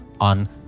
on